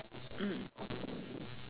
mm